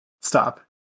Stop